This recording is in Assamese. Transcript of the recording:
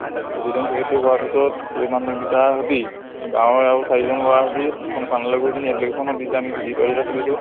তাত প্ৰেচিডেণ্ট ছেক্ৰেটেৰী হোৱাৰ পিছত এই মানুহকেইটাৰ সৈতে গাঁৱৰে আৰু চাৰিজন ল'ৰা সৈতে এখন থানালৈ গৈ পিনে এপ্লিকেশ্যনখন দি যে আমি খুলিছোঁ